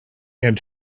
and